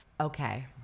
okay